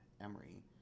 Emery